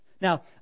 Now